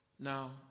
Now